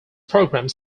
programs